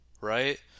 right